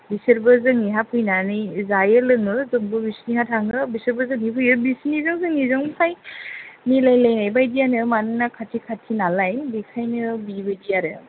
बिसोरबो जोंनिहा फैनानै जायो लोङो जोंबो बिसोरनिहा थाङो बिसोरबो जोंनियाव फैयो बिसोरनिजों जोंनिजोंहाय फ्राय मिलाय लायनाय बाइदियानो मानोना खाथि खाथि नालाय बेखायनो बेबायदि आरो